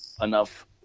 enough